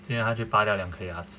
今天他去拔掉两颗牙齿